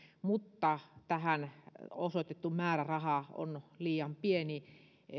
mutta tähän osoitettu määräraha on liian pieni